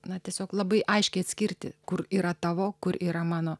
na tiesiog labai aiškiai atskirti kur yra tavo kur yra mano